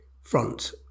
front